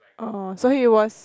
oh so he was